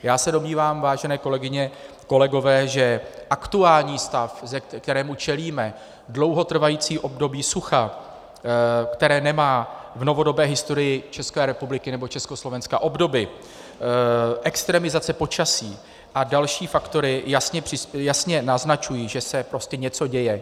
Já se domnívám, vážené kolegyně, kolegové, že aktuální stav, kterému čelíme, dlouhotrvající období sucha, které nemá v novodobé historii České republiky nebo Československa obdoby, extremizace počasí a další faktory jasně naznačují, že se prostě něco děje.